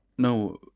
No